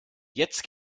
jetzt